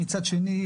מצד שני,